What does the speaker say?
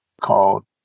called